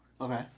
Okay